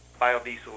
biodiesel